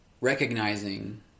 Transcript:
recognizing